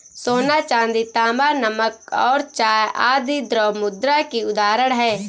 सोना, चांदी, तांबा, नमक और चाय आदि द्रव्य मुद्रा की उदाहरण हैं